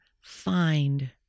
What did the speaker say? find